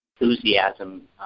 enthusiasm